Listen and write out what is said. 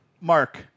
Mark